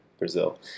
Brazil